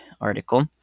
article